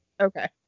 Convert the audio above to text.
Okay